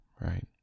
right